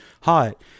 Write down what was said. hot